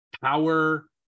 power